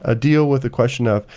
ah deal with the question of,